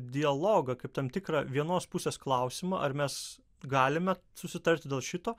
dialogą kaip tam tikrą vienos pusės klausimą ar mes galime susitarti dėl šito